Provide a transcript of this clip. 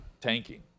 tanking